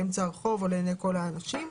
מכובדת ולא יהיה באמצע הרחוב לעיני כל האנשים,